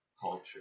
culture